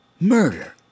murder